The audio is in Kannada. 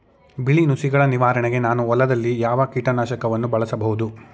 ಬಿಳಿ ನುಸಿಗಳ ನಿವಾರಣೆಗೆ ನಾನು ಹೊಲದಲ್ಲಿ ಯಾವ ಕೀಟ ನಾಶಕವನ್ನು ಬಳಸಬಹುದು?